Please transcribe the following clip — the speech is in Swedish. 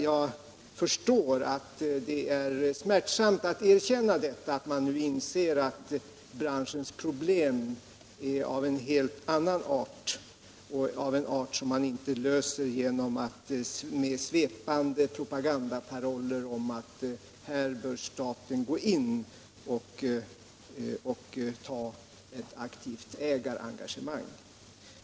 Jag förstår att det är smärtsamt att erkänna att man nu inser att branschens problem är av en art som man inte löser med svepande propagandaparoller om att här bör staten gå in och ta ett aktivt ägarengagemang.